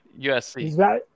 USC